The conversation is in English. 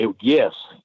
yes